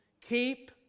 Keep